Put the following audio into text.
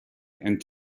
and